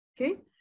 okay